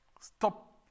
Stop